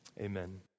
Amen